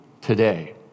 today